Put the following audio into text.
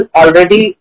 already